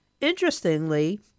Interestingly